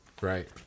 Right